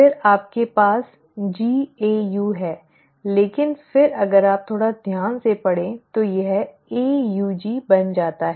फिर आपके पास GAU है लेकिन फिर अगर आप थोड़ा ध्यान से पढ़ें तो यह AUG बन जाता है